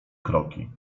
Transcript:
kroki